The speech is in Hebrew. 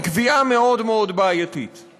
הוא קביעה בעייתית מאוד מאוד.